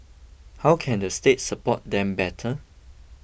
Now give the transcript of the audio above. how can the state support them better